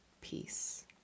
peace